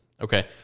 Okay